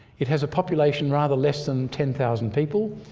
it has a population rather less than ten thousand people.